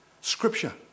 scripture